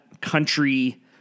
country